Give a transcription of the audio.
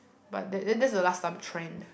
but that that is the last time trend